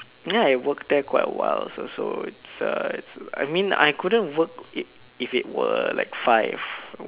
you know I work quite awhile so so uh I mean I couldn't work if it were like five